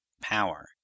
power